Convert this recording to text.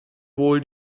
wohl